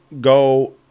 go